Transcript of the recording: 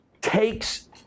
takes